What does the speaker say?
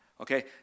Okay